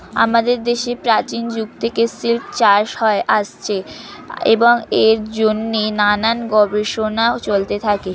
আমাদের দেশে প্রাচীন যুগ থেকে সিল্ক চাষ হয়ে আসছে এবং এর জন্যে নানান গবেষণা চলতে থাকে